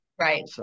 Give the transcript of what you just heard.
Right